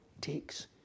takes